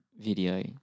video